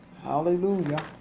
hallelujah